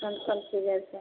कौन कौन सी जगह